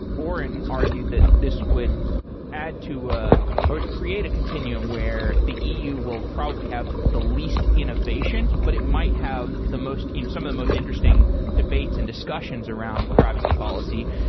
auren argued that this would add to ah or create a continuum where the eu will probably have the least innovation, but it might have the most you know some of the most interesting debates and discussions around privacy policy.